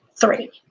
three